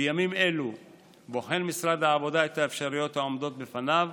בימים אלו בוחן משרד העבודה את האפשרויות העומדות בפניו,